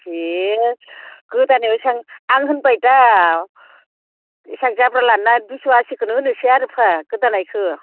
हे गोदानायाव एसां आं होनबाय दा एसां जाब्रा लानाङा दुयस' आसि खौनो होनोसै आरो फा गोदानायखो